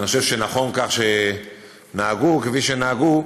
אני חושב שנכון שנהגו כפי שנהגו,